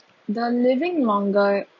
the living longer